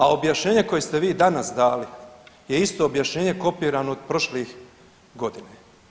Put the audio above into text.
A objašnjenje koje ste vi danas dali je isto objašnjenje kopirano od prošlih godina.